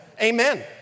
Amen